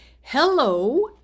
hello